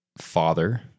father